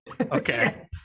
okay